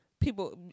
people